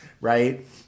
right